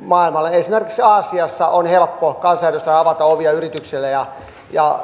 maailmalle esimerkiksi aasiassa on helppo kansanedustajan avata ovia yrityksille ja